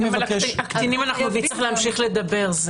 על הקטינים נצטרך להמשיך לדבר.